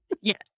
Yes